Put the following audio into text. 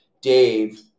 Dave